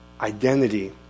Identity